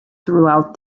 throughout